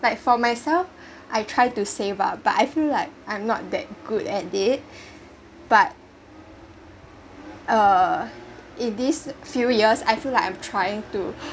like for myself I try to save lah but I feel like I’m not that good at it but err in this few years I feel like I’m trying to